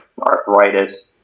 arthritis